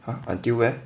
!huh! until where